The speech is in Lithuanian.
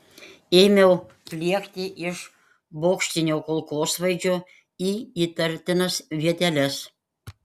ėmiau pliekti iš bokštinio kulkosvaidžio į įtartinas vieteles